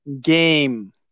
game